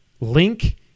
link